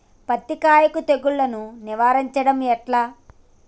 పత్తి కాయకు తెగుళ్లను నివారించడం ఎట్లా?